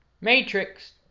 matrix